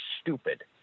stupid